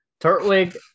Turtwig